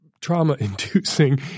trauma-inducing